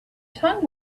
tongue